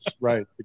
right